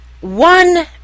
one